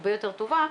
הרבה יותר טובה,